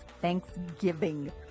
Thanksgiving